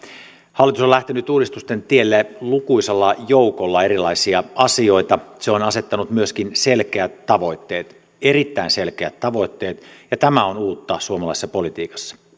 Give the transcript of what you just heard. hallitus on lähtenyt uudistusten tielle lukuisalla joukolla erilaisia asioita se on asettanut myöskin selkeät tavoitteet erittäin selkeät tavoitteet ja tämä on uutta suomalaisessa politiikassa